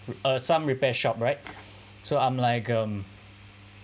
uh some repair shop right so I'm like um